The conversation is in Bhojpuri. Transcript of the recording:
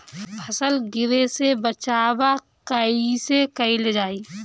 फसल गिरे से बचावा कैईसे कईल जाई?